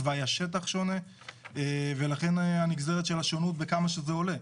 תוואי השטח שונה ולכן הנגזרת של השונות וכמה זה עולה.